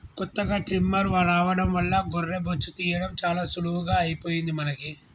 కొత్తగా ట్రిమ్మర్ రావడం వల్ల గొర్రె బొచ్చు తీయడం చాలా సులువుగా అయిపోయింది మనకి